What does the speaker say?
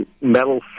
metal